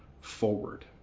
forward